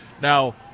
Now